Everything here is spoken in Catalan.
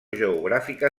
geogràfica